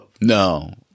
No